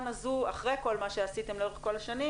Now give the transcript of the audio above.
הזו אחרי כל מה שעשיתם לאורך כל השנים,